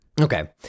Okay